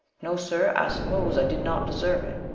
no, sir, i s'pose i did not deserve it.